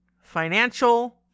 financial